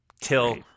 till